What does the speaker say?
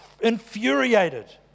infuriated